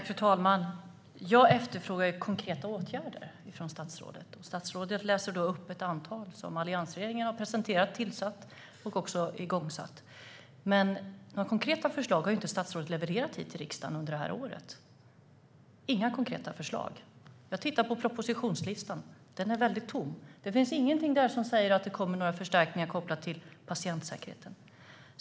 Fru talman! Jag efterfrågar konkreta åtgärder från statsrådet, och statsrådet läser då upp ett antal som alliansregeringen har presenterat och också igångsatt. Men några konkreta förslag har statsrådet inte levererat hit till riksdagen under det här året. Jag har tittat på propositionslistan, och den är väldigt tom. Det finns ingenting där som säger att det kommer några förstärkningar kopplade till patientsäkerheten.